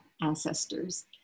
ancestors